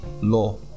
law